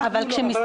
אנחנו לא.